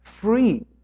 free